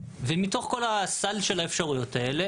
ומתוך כל הסל של האפשרויות האלה